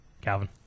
Calvin